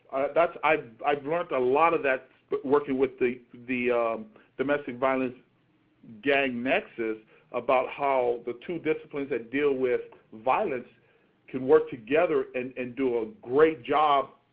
i've i've learnt a lot of that but working with the the domestic violence gang nexus about how the two disciplines that deal with violence can work together and and do a great job,